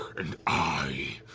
and i,